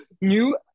new